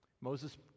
Moses